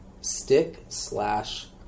stick-slash-